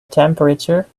temperature